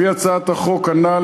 לפי הצעת החוק הנ"ל,